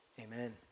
Amen